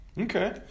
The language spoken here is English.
Okay